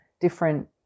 different